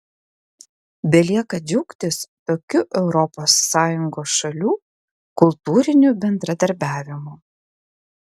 belieka džiaugtis tokiu europos sąjungos šalių kultūriniu bendradarbiavimu